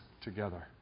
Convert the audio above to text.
together